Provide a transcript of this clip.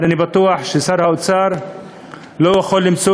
אבל אני בטוח ששר האוצר לא יכול למצוא